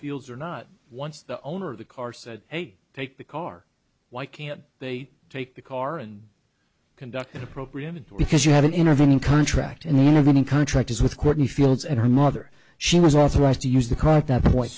fields or not once the owner of the car said hey take the car why can't they take the car and conduct appropriate because you have an intervening contract in the contract is with courtney fields and her mother she was authorized to use the car at that point